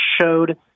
showed